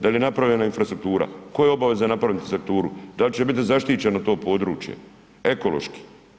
Da li je napravljena infrastruktura, tko je obavezan napravi infrastrukturu, da li će biti zaštićeno to područje, ekološki?